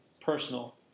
personal